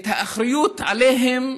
את האחריות עליהם,